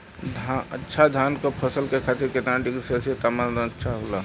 अच्छा धान क फसल के खातीर कितना डिग्री सेल्सीयस तापमान अच्छा होला?